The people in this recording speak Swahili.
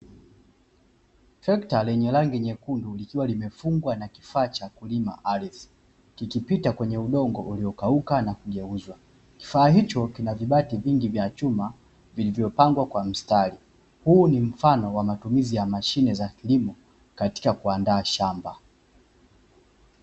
Trekta lenye rangi nyekundu likiwa limefungwa na kifaa cha kulima ardhi, kikipita kwenye udongo uliokauka na kifaa hicho kina vibati vingi vya chuma vilivyopangwa kwa mstari. Huu ni mfano wa matumizi ya mashine za kisasa katika kuandaa shamba.